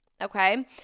okay